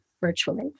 virtually